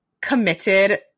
committed